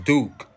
Duke